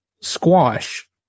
squash